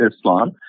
Islam